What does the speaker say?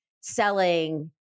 selling